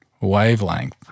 wavelength